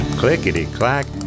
clickety-clack